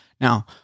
Now